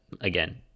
again